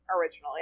originally